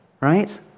right